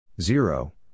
Zero